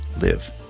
live